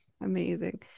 amazing